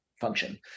function